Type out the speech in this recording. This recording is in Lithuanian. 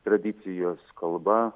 tradicijos kalba